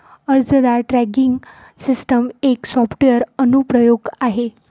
अर्जदार tracking system एक software अनुप्रयोग आहे